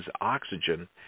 oxygen